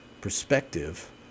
perspective